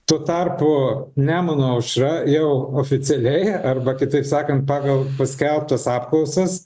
tuo tarpu nemuno aušra jau oficialiai arba kitaip sakant pagal paskelbtas apklausas